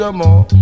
more